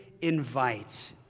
invite